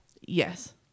Yes